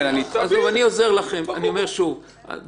הרי הוא עוד לא נאשם - לעד שנעלם,